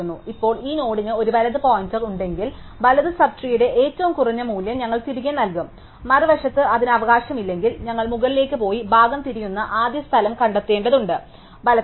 ഇപ്പോൾ ഈ നോഡിന് ഒരു വലത് പോയിന്റർ ഉണ്ടെങ്കിൽ വലത് സബ് ട്രീയുടെ ഏറ്റവും കുറഞ്ഞ മൂല്യം ഞങ്ങൾ തിരികെ നൽകും മറുവശത്ത് അതിന് അവകാശമില്ലെങ്കിൽ ഞങ്ങൾ മുകളിലേക്ക് പോയി ഭാഗം തിരിയുന്ന ആദ്യ സ്ഥലം കണ്ടെത്തേണ്ടതുണ്ട് വലത്തേക്ക്